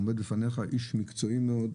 עומד לפניך איש מקצועי מאוד.